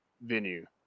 venue